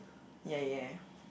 ya ya